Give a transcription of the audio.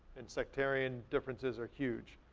and sectarian differences are huge.